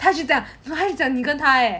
他就这样他就讲你跟他 eh